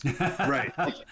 right